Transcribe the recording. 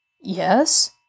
Yes